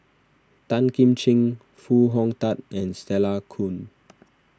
Tan Kim Ching Foo Hong Tatt and Stella Kon